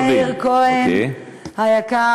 מאיר כהן היקר.